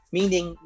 Meaning